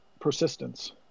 persistence